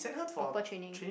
proper training